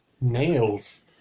Nails